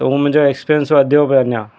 तो उहो मुंहिंजो एक्सपीरियंस वधियो पिए अञा